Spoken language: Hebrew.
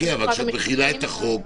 אבל כשאת מחילה את החוק